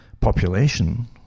population